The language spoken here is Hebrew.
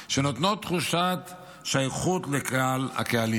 שנותנות תחושת שייכות לכלל הקהלים.